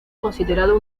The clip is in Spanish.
considerado